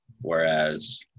Whereas